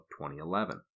2011